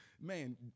Man